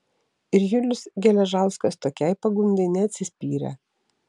ir julius geležauskas tokiai pagundai neatsispyrė